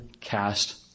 cast